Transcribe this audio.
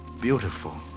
beautiful